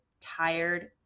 tired